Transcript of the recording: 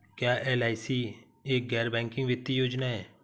क्या एल.आई.सी एक गैर बैंकिंग वित्तीय योजना है?